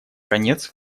конец